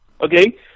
okay